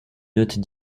notes